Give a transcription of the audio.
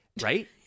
right